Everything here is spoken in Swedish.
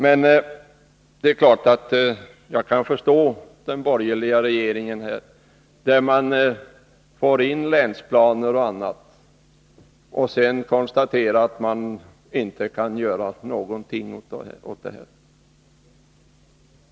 Men jag kan förstå den borgerliga regeringens reaktion när man får in länsplaner men tvingas konstatera att man inte förmår göra någonting med anledning av dem.